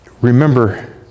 Remember